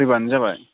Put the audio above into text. फैबानो जाबाय